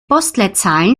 postleitzahlen